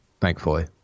Thankfully